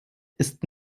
ist